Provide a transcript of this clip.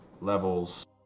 levels